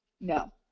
No